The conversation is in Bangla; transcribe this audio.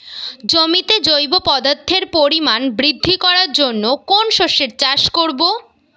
জমিতে জৈব পদার্থের পরিমাণ বৃদ্ধি করার জন্য কোন শস্যের চাষ করবো?